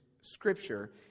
scripture